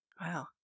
Wow